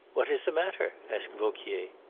what is the matter? asked vauquier.